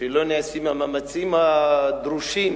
שלא נעשים המאמצים הדרושים